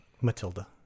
Matilda